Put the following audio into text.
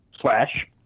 slash